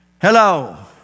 Hello